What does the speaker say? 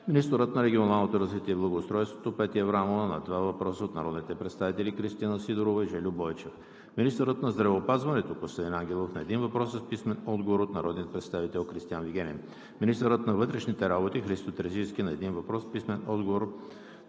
министърът на регионалното развитие и благоустройството Петя Аврамова – на два въпроса от народните представители Кристина Сидорова; и Жельо Бойчев; - министърът на здравеопазването Костадин Ангелов – на един въпрос с писмен отговор от народния представител Кристиан Вигенин; - министърът на вътрешните работи Христо Терзийски – на един въпрос с писмен отговор